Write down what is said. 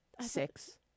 six